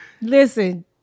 Listen